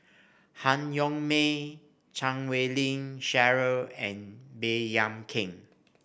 Han Yong May Chan Wei Ling Cheryl and Baey Yam Keng